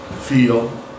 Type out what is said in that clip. feel